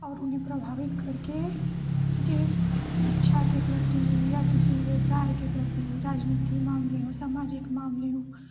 और उन्हें प्रभावित करके उनके शिक्षा के प्रति या किसी व्यवसाय के प्रति राजनीतिक मामले हों सामाजिक मामले हों